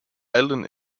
alden